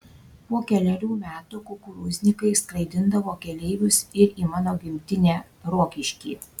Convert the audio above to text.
po kelerių metų kukurūznikai skraidindavo keleivius ir į mano gimtinę rokiškį